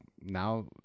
now